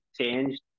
changed